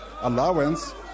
allowance